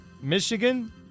Michigan